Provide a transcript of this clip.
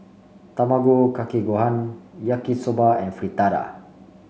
Tamago Kake Gohan Yaki Soba and Fritada